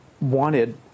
wanted